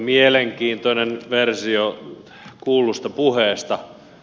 mielenkiintoinen versio kuullusta puheesta